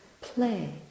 play